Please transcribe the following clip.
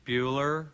Bueller